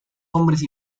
hombres